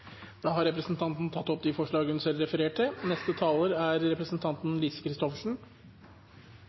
Da har representanten Åslaug Sem-Jacobsen tatt opp forslagene hun refererte til.